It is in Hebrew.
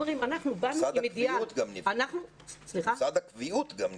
אנחנו באנו עם אידיאל --- מוסד הקביעות גם נפגע.